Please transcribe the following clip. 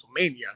WrestleMania